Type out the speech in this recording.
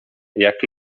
jak